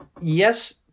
yes